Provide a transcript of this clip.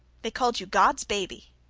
they called you god's baby.